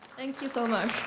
thank you so much.